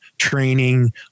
training